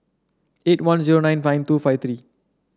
eight one zero nine nine two five three